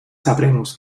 sabremos